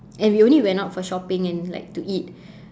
and we only went out for shopping and like to eat